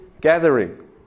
gathering